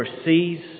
overseas